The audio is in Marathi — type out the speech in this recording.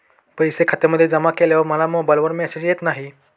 पैसे खात्यामध्ये जमा केल्यावर मला मोबाइलवर मेसेज येत नाही?